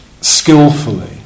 skillfully